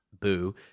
boo